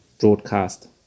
broadcast